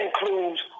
includes